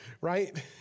right